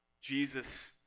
Jesus